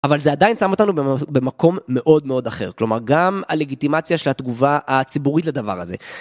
אבל זה עדיין שם אותנו במקום מאוד מאוד אחר, כלומר גם הלגיטימציה של התגובה הציבורית לדבר הזה.